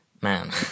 man